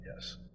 Yes